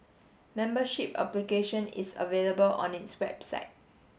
membership application is available on its website